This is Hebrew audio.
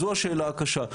זו השאלה הקשה,